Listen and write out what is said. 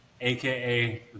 AKA